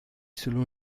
selon